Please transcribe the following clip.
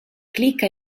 clicca